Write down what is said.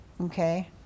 Okay